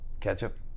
Ketchup